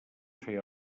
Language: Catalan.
feia